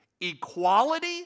Equality